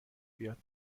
بیاد